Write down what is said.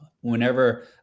Whenever